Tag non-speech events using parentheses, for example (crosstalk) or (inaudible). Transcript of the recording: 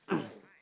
(coughs)